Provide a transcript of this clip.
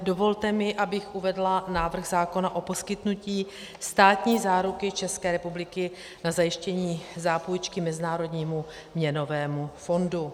Dovolte mi, abych uvedla návrh zákona o poskytnutí státní záruky České republiky na zajištění zápůjčky Mezinárodnímu měnovému fondu.